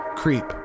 creep